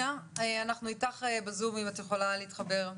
למה שנאמר כאן,